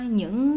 những